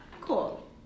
cool